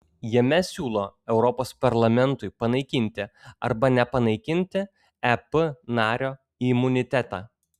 jame siūlo europos parlamentui panaikinti arba nepanaikinti ep nario imunitetą